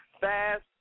fast